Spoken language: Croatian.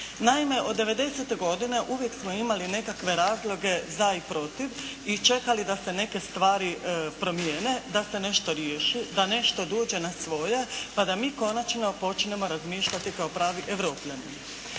Naime od 1990. godine uvijek smo imali nekakve razloge za i protiv i čekali da se neke stvari promijene, da se nešto riješi, da nešto dođe na svoje pa da mi konačno počnemo razmišljati kao pravi Europljani.